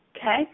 Okay